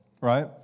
right